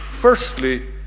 Firstly